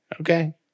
Okay